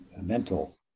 mental